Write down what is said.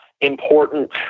important